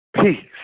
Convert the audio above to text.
peace